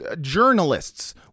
journalists